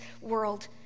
world